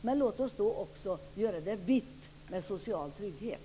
Men låt oss då också göra det vitt, med social trygghet.